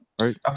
Right